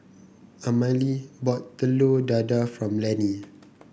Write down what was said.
Amalie bought Telur Dadah for Lanny